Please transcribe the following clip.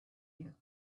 you